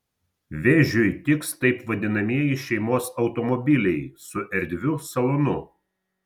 vėžiui tiks taip vadinamieji šeimos automobiliai su erdviu salonu